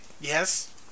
Yes